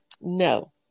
No